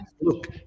Look